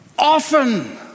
Often